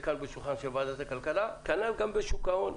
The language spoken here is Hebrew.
כאן על שולחן ועדת הכלכלה כנ"ל גם בשוק ההון.